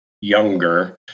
younger